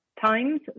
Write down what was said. times